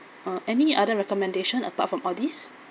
uh any other recommendation apart from all these